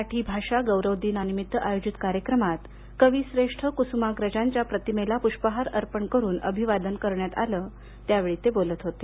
मराठी भाषा गौरव दिनानिमित्त आयोजित कार्यक्रमात कविश्रेष्ठ क्स्माग्रजांच्या प्रतिमेला प्ष्पहार अर्पण करून अभिवादन करण्यात आलं त्यावेळी ते बोलत होते